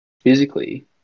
physically